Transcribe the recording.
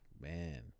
Man